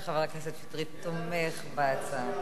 יש לי תחושה שחבר הכנסת שטרית תומך בהצעה.